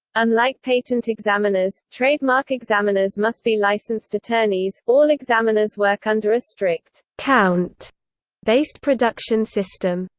unlike patent examiners, trademark examiners must be licensed attorneys all examiners work under a strict, count based production system.